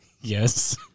Yes